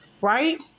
right